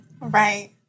Right